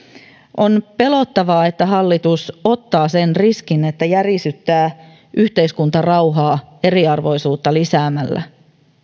on pelottavaa että hallitus ottaa sen riskin että järisyttää yhteiskuntarauhaa eriarvoisuutta lisäämällä